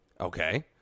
Okay